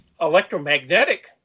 electromagnetic